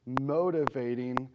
motivating